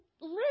Live